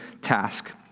task